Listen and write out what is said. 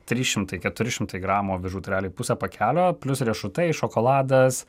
trys šimtai keturi šimtai gramų avižų tai realiai pusė pakelio plius riešutai šokoladas